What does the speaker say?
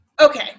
Okay